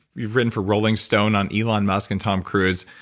you've written for rolling stone on elon musk and tom cruise,